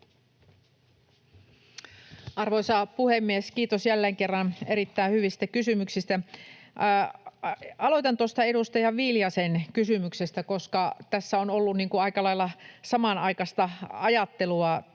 Arvoisa puhemies! Kiitos jälleen kerran erittäin hyvistä kysymyksistä. Aloitan tuosta edustaja Viljasen kysymyksestä, koska tässä on ollut aika lailla samanaikaista ajattelua: